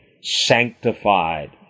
sanctified